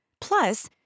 Plus